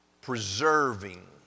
preserving